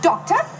Doctor